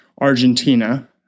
Argentina